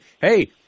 hey